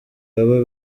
baba